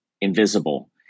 invisible